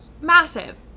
massive